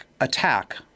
attack